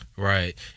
Right